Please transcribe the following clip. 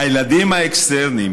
הילדים האקסטרניים,